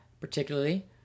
particularly